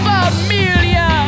Familia